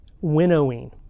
winnowing